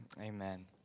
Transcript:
Amen